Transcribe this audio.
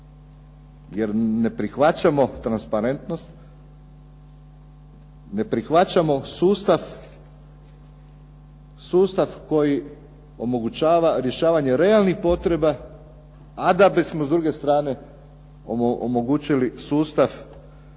jer ne prihvaćamo transparentnost, ne prihvaćamo sustav koji omogućava rješavanje realnih potreba a da bismo s druge strane omogućili sustav